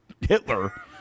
Hitler